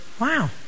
wow